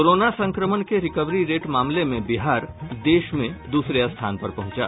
corona संक्रमण के recovery rate मामले में बिहार देश में दूसरे स्थान पर पहुंचा